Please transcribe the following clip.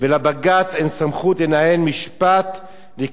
ואני כל כך נהנה ממך כשאתה מדבר,